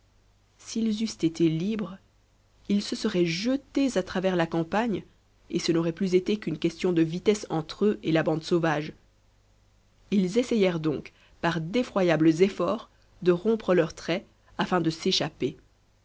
s'ils eussent été libres ils se seraient jetés à travers la campagne et ce n'aurait plus été qu'une question de vitesse entre eux et la bande sauvage ils essayèrent donc par d'effroyables efforts de rompre leurs traits afin de s'échapper